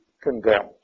condemned